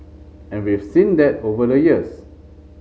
and we've seen that over the years